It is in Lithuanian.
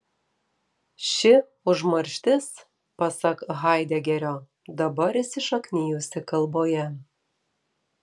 ši užmarštis pasak haidegerio dabar įsišaknijusi kalboje